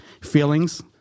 feelings